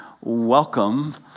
Welcome